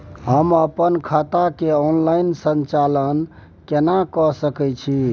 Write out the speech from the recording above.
हम अपन खाता के ऑनलाइन संचालन केना के सकै छी?